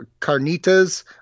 carnitas